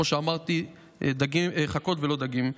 כמו שאמרתי, חכות ולא דגים.